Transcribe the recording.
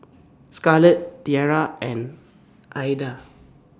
Scarlet Tiera and Aida